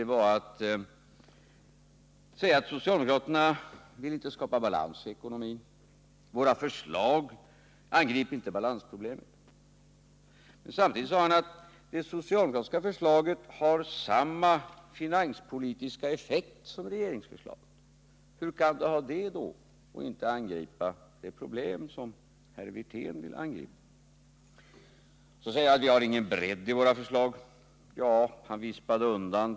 Ett var att säga att socialdemokraterna inte vill skapa balans i ekonomin, att våra förslag inte angriper balansproblemen. Samtidigt sade han att det socialdemokratiska förslaget har samma finanspolitiska effekt som regeringsförslaget. Hur kan det ha samma effekt, men ändå inte angripa de problem som herr Wirtén vill angripa? Sedan sade Rolf Wirtén att vi inte har någon bredd i våra förslag.